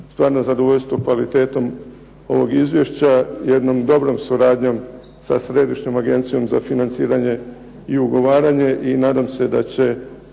stvarno zadovoljstvo kvalitetom ovog Izvješća, jednom dobrom suradnjom sa Središnjom agencijom za financiranje i ugovaranje i nadam se da će